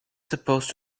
supposed